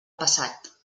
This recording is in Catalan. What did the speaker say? passat